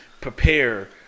prepare